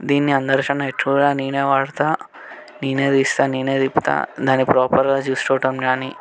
దీన్ని అందరికన్నా ఎక్కువగా నేనే వాడతాను నేనే తీస్తా నేనే తిప్పుతా దాని ప్రాపర్గా చూసుకోవటం కానీ